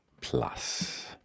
Plus